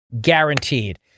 Guaranteed